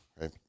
right